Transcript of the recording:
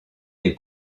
des